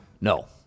No